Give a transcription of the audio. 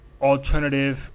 alternative